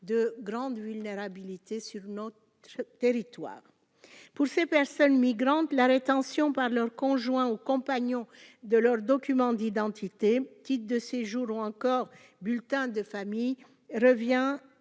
de grande vulnérabilité sur notre territoire pour ces personnes migrantes la rétention par leur conjoint ou compagnon de leurs documents d'identité de séjour ou encore bulletin de famille revient